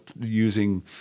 using